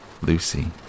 Lucy